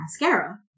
mascara